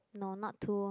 no not too